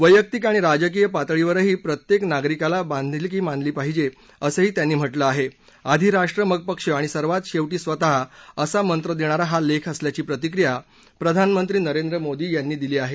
वैयक्तिक आणि राजकीय पातळीवरही प्रत्येक नागरिकाला बांधिलकी मानली असंही त्यांनी म्हटलं आहे आधी राष्ट्र मग पक्ष आणि सर्वात शेवटी स्वतः असा मंत्र देणारा हा लेख असल्याची प्रतिक्रिया प्रधानमंत्री नरेंद्र मोदी यांनी दिली आहे